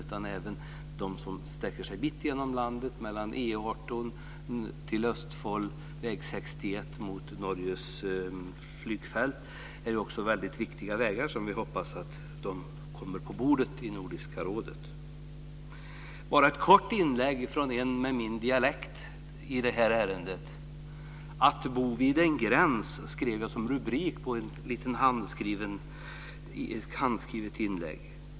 Även de vägar som sträcker sig genom landet från E 18 till Østfold och väg 61 mot Norges flygfält är viktiga frågor som bör läggas på Nordiska rådets bord. Jag ska ge ett kort inlägg från en person med min dialekt i detta ärende. Att bo vid en gräns skrev jag som en rubrik på ett inlägg.